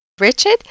Richard